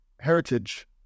Heritage